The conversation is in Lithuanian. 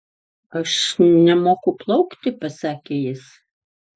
aš nemoku plaukti pasakė jis